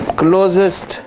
closest